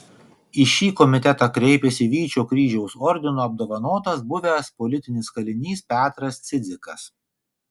į šį komitetą kreipėsi vyčio kryžiaus ordinu apdovanotas buvęs politinis kalinys petras cidzikas